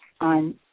on